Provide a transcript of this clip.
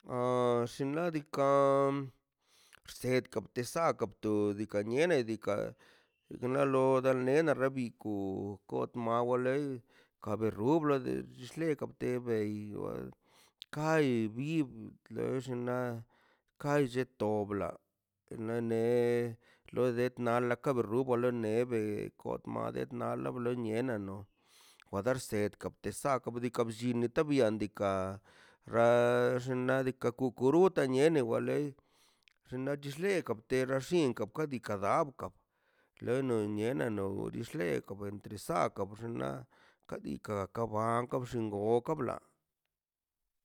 Oa xinladikaꞌ xsedka bsesadka o laka niena diikaꞌ dodalo da nien darebiko kot mawale karre lublale llillegakeble igual kai biu de xinla ka lletobla nane lo det na kabalo rubalonebe kot be kotbet ma la bleniena no wa der set kabet sat be ka bllin nita bie kadika ra xnaꞌ diikaꞌ kukuru ka niena wale xleko terra llinko kat nad diika gadkba lo no niena o dix le kabent disakba ka xnaꞌ kadika ka bankw xingoka bla